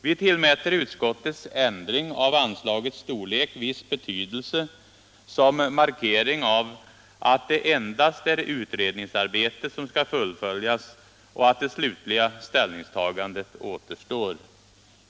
Vi tillmäter utskottets ändring av anslagets storlek viss betydelse som markering av att det endast är utredningsarbetet som skall fullföljas och att det slutliga ställningstagandet återstår.